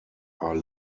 are